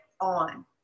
on